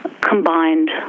combined